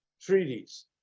treaties